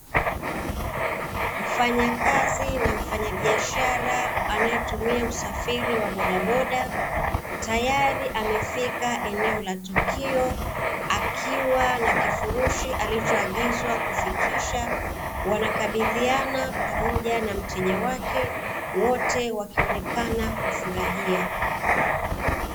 Mfanyakazi na mfanyabiashara anayetumia usafiri wa bodaboda, tayari amefika eneo la tukio, akiwa na kifurushi alichoagizwa kufikisha wanakabidhiana pamoja na mteja wake wote wakionekana kufurahia.